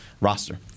roster